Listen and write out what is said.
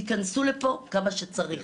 יכנסו לפה כמה שצריך,